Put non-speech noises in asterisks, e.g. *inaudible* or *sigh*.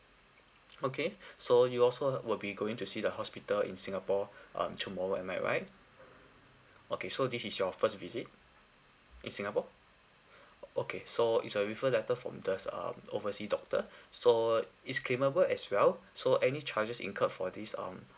*noise* okay *breath* so you also uh will be going to see the hospital in singapore um tomorrow am I right okay so this is your first visit in singapore okay so it's a refer letter from this uh oversea doctor so is claimable as well so any charges incurred for this um